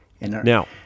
Now